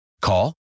Call